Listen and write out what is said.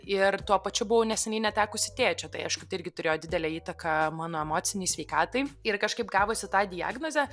ir tuo pačiu buvau neseniai netekusi tėčio tai aišku tai irgi turėjo didelę įtaką mano emocinei sveikatai ir kažkaip gavusi tą diagnozę